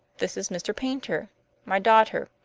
this is mr. paynter my daughter,